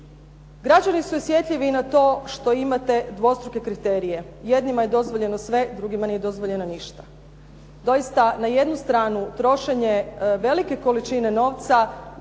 građani su osjetljivi na to što imate dvostruke kriterije. Jednima je dozvoljeno sve, drugima nije dozvoljeno ništa. Doista, na jednu stranu trošenje velike količine novca,